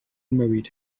married